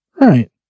Right